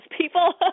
people